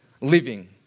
living